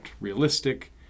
realistic